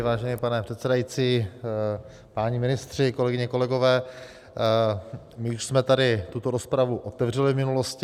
Vážený pane předsedající, páni ministři, kolegyně, kolegové, my už jsme tuto rozpravu otevřeli v minulosti.